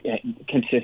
consistent